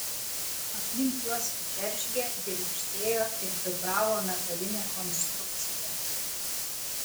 aplink juos džeržgė girgždėjo ir vibravo metalinė konstrukcija